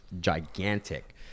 gigantic